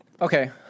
Okay